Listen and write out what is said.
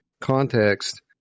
context